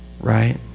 right